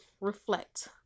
reflect